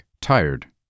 tired